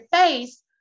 face